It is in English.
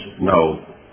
no